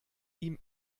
ihm